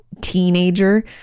teenager